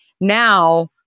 Now